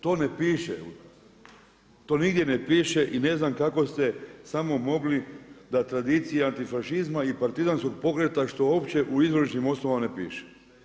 To ne piše, to nigdje ne piše i ne znam samo kako ste mogli da tradicija antifašizma i partizanskog pokreta što uopće u izvorišnim osnovama ne piše.